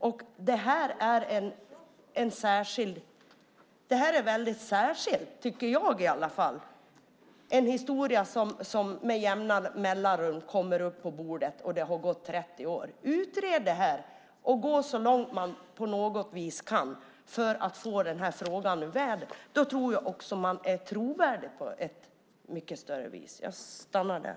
Jag tycker att detta är en väldigt speciell historia som med jämna mellanrum kommer upp på bordet. Det har gått 30 år. Utred detta och gå så långt som det är möjligt för att få denna fråga ur världen. Då tror jag att man också blir mycket mer trovärdig.